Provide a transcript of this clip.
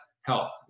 health